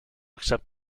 accept